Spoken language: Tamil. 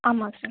ஆமாம் சார்